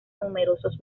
números